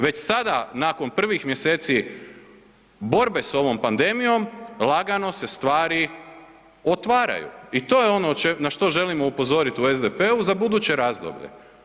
Već sada nakon prvih mjeseci borbe s ovom pandemijom, lagano se stvari otvaraju i to je ono na što želimo upozoriti u SDP-u za buduće razdoblje.